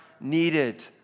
needed